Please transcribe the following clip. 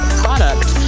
product